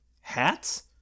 Hats